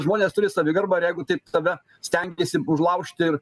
žmonės turi savigarbą ir jeigu taip tada stengtis užlaužti ir